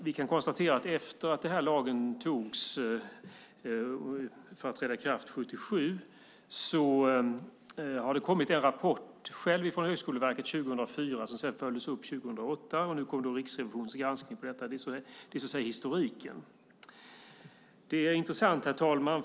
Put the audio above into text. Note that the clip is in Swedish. Vi kan konstatera att det efter att lagen trädde i kraft 1997 har kommit en rapport från Högskoleverket 2004 som sedan följdes upp 2008, och nu kom Riksrevisionens granskning. Det är historiken. Det är intressant, herr talman.